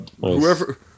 whoever